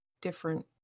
different